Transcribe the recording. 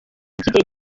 by’igihe